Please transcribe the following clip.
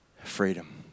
freedom